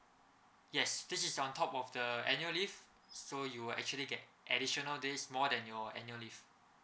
yes this is on top of the annual leave so you will actually get additional days more than your annual leave